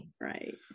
right